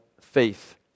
faith